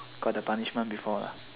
got the punishment before lah